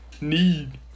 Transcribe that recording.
need